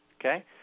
Okay